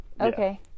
okay